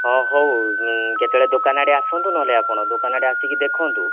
ହଁ ହେଉ କେତେବେଳେ ଦୋକାନ ଆଡ଼େ ଆସନ୍ତୁ ନହେଲେ ଆପଣ ଦୋକାନ ଆଡ଼େ ଆସିକି ଦେଖନ୍ତୁ